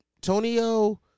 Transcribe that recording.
Tonio